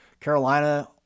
carolina